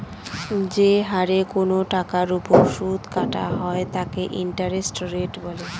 যে হারে কোনো টাকার ওপর সুদ কাটা হয় তাকে ইন্টারেস্ট রেট বলে